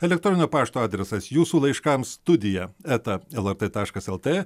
elektroninio pašto adresas jūsų laiškams studija eta lrt taškas lt